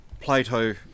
Plato